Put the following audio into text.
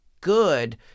good